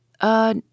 Uh